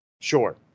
Sure